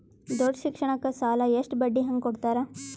ದೊಡ್ಡ ಶಿಕ್ಷಣಕ್ಕ ಸಾಲ ಎಷ್ಟ ಬಡ್ಡಿ ಹಂಗ ಕೊಡ್ತಾರ?